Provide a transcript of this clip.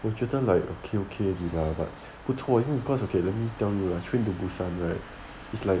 我觉得 like okay okay 而已 lah but 不错因为 because like okay let me tell you the train to busan right it's like